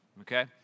okay